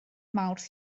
mawrth